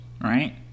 right